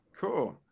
Cool